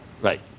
Right